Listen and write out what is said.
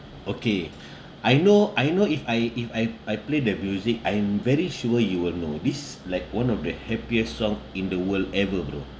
okay I know I know if I if I I play the music I am very sure you will know this like one of the happiest song in the world ever bro